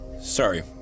Sorry